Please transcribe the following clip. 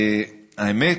האמת,